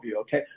okay